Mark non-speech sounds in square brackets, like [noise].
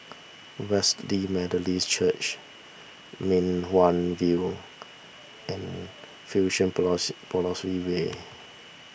Wesley Methodist Church Mei Hwan View and Fusionopolis [unintelligible] way Way